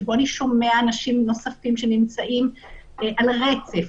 שבו אני שומע אנשים נוספים שנמצאים על הרצף